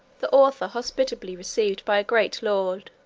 the author hospitably received by a great lord.